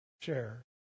share